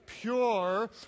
Pure